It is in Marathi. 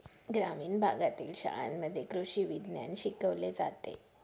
ग्रामीण भागातील शाळांमध्ये कृषी विज्ञान शिकवले जाते